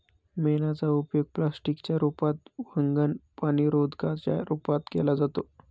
मेणाचा उपयोग प्लास्टिक च्या रूपात, वंगण, पाणीरोधका च्या रूपात केला जातो